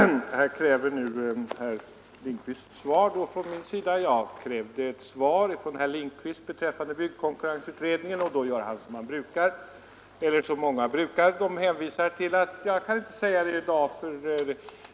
Herr talman! Nu kräver herr Lindkvist svar av mig. Jag har krävt ett svar av honom beträffande byggkonkurrensutredningen, och då säger han som många brukar: ”Jag kan inte svara på det i dag.